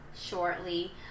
shortly